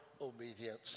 obedience